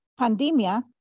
pandemia